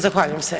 Zahvaljujem se.